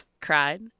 cried